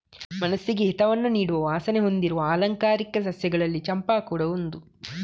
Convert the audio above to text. ಮನಸ್ಸಿಗೆ ಹಿತವನ್ನ ನೀಡುವ ವಾಸನೆ ಹೊಂದಿರುವ ಆಲಂಕಾರಿಕ ಸಸ್ಯಗಳಲ್ಲಿ ಚಂಪಾ ಕೂಡಾ ಒಂದು